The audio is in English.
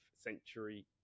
century